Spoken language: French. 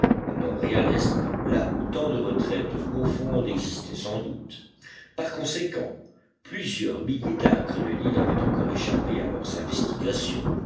et à l'est là où tant de retraites profondes existaient sans doute par conséquent plusieurs milliers d'acres de l'île avaient encore échappé à leurs investigations